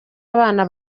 abana